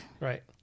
Right